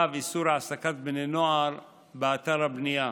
איסור העסקת בני נוער באתר הבנייה,